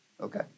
Okay